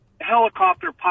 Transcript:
helicopter